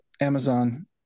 Amazon